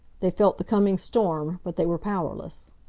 they felt the coming storm, but they were powerless.